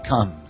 comes